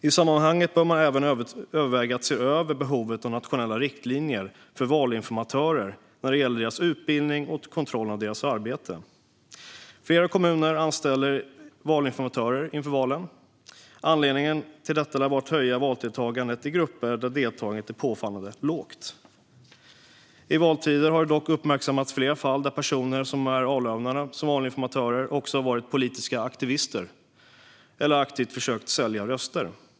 I sammanhanget bör man även överväga att se över behovet av nationella riktlinjer för valinformatörer när det gäller deras utbildning och kontrollen av deras arbete. Flera kommuner anställer valinformatörer inför valen. Anledningen till detta lär vara att höja valdeltagandet i grupper där deltagandet är påfallande lågt. I valtider har det uppmärksammats flera fall där personer som är avlönade som valinformatörer också har varit politiska aktivister eller aktivt har försökt sälja röster.